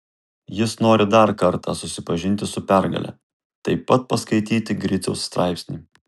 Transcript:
jis nori dar kartą susipažinti su pergale taip pat paskaityti griciaus straipsnį